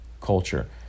culture